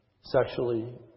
sexually